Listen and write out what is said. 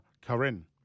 Karen